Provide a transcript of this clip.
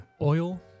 oil